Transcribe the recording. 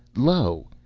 lo!